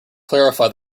clarify